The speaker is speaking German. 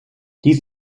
dies